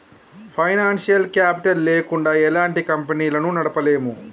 financial capital లేకుండా ఎలాంటి కంపెనీలను నడపలేము